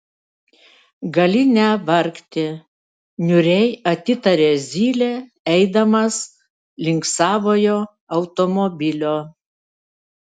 gali nevargti niūriai atitarė zylė eidamas link savojo automobilio